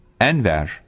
Enver